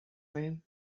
room